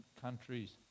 countries